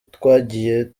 twagiye